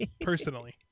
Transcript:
personally